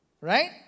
Right